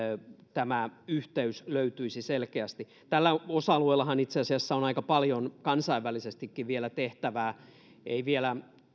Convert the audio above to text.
tämä yhteys löytyisi selkeästi tällä osa alueellahan itse asiassa on aika paljon kansainvälisestikin vielä tehtävää ei vielä